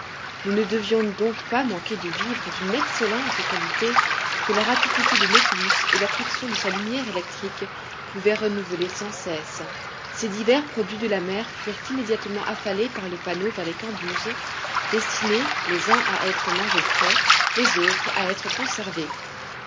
nous ne devions donc pas manquer de vivres d'une excellente qualité que la rapidité du nautilus et l'attraction de sa lumière électrique pouvaient renouveler sans cesse ces divers produits de la mer furent immédiatement affalés par le panneau vers les cambuses destinés les uns à être mangés frais les autres à être conservés